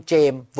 James